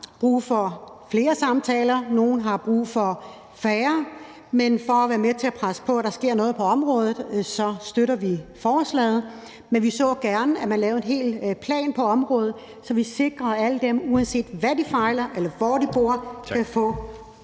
brug for flere samtaler, andre har brug for færre, men for at være med til at presse på, for at der sker noget på området, støtter vi forslaget. Men vi så gerne, at man lavede en hel plan på området, så vi sikrer, at de alle, uanset hvad de fejler, eller hvor de bor, kan få